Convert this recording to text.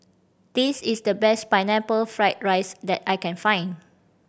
this is the best Pineapple Fried rice that I can find